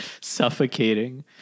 suffocating